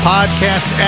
Podcast